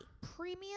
Premium